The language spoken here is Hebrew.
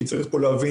כי צריך להבין,